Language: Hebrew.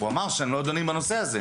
הוא אמר שהם לא דנים בנושא הזה.